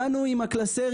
באנו עם הקלסר,